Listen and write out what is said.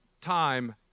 time